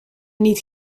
niet